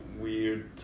weird